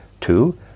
Two